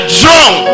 drunk